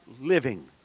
living